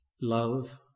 love